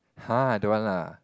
!huh! don't want lah